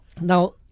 Now